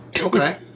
Okay